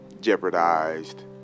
jeopardized